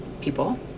people